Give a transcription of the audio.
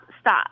Stop